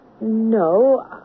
No